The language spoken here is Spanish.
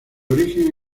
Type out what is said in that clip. origen